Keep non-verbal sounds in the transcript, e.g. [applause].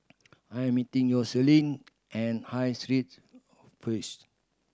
I'm meeting Yoselin at High Street [unintelligible]